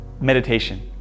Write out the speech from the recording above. meditation